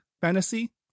fantasy